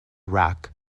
rack